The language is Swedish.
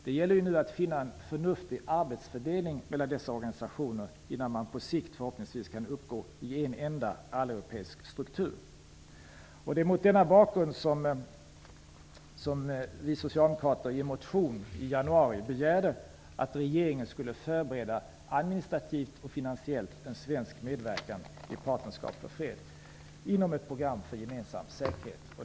Det gäller nu att finna en förnuftig arbetsfördelning mellan dessa organisationer innan man på sikt förhoppningsvis kan uppgå i en enda alleuropeisk struktur. Det är mot denna bakgrund som vi socialdemokrater i en motion i januari begärde att regeringen administrativt och finansiellt skulle förbereda en svensk medverkan i Partnerskap för fred inom ett program för gemensam säkerhet.